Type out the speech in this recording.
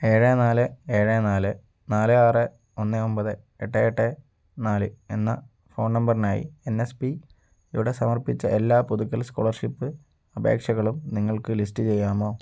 ഏഴ് നാല് ഏഴ് നാല് നാല് ആറ് ഒന്ന് ഒമ്പത് എട്ട് എട്ട് നാല് എന്ന ഫോൺ നമ്പറിനായി എൻ എസ്പിയുടെ സമർപ്പിച്ച എല്ലാ പുതുക്കൽ സ്കോളർഷിപ്പ് അപേക്ഷകളും നിങ്ങൾക്ക് ലിസ്റ്റ് ചെയ്യാമോ